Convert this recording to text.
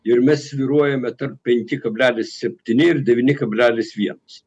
ir mes svyruojame tarp penki kablelis septyni ir devyni kablelis vienas